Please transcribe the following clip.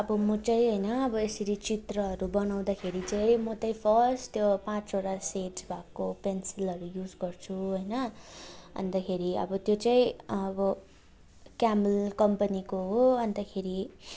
अब म चाहिँ होइन अब यसरी चित्रहरू बनाउँदाखेरि चाहिँ म चाहिँ फर्स्ट त्यो पाँचवटा सेट भएको पेन्सिलहरू युज गर्छु होइन अन्तखेरि अब त्यो चाहिँ अब क्यामल कम्पनीको हो अन्तखेरि